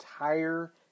entire